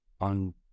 on